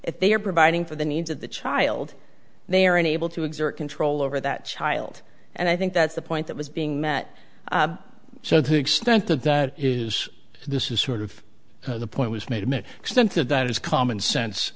if they are providing for the needs of the child they are unable to exert control over that child and i think that's the point that was being met so the extent that that is this is sort of the point was made to me extent that that is common sense